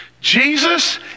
Jesus